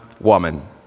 woman